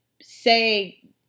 say